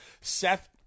Seth